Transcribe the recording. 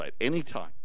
anytime